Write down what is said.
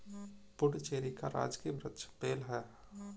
पुडुचेरी का राजकीय वृक्ष बेल है